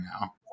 now